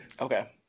Okay